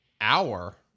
hour